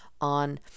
on